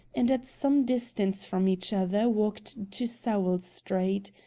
and at some distance from each other walked to sowell street.